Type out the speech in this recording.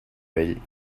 vell